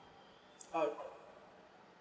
uh